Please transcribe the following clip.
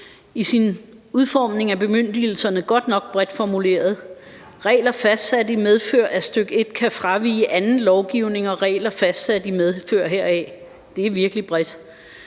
i sin udformning af bemyndigelserne godt nok bredt formuleret: »Regler fastsat i medfør af stk. 1 kan fravige anden lovgivning og regler fastsat i medfør heraf«. Det er virkelig bredt.